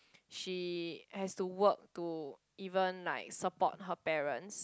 she has to work to even like support her parents